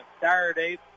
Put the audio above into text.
Saturday